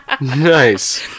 Nice